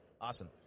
Awesome